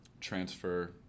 transfer